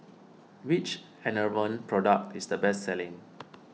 which Enervon product is the best selling